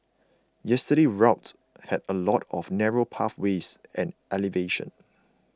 yesterday's route had a lot of narrow pathways and elevation